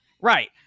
Right